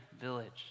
village